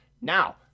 Now